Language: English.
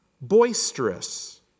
boisterous